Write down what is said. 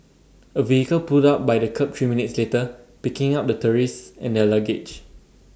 A vehicle pulled up by the kerb three minutes later picking up the tourists and their luggage